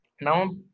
Now